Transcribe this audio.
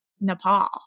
Nepal